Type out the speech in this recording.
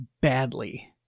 badly